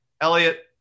Elliot